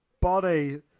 body